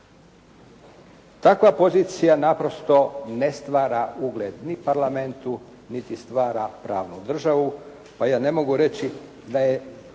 Takva pozicija naprosto ne stvara ugled ni parlamentu niti stvara pravnu državu pa ja ne mogu reći da je,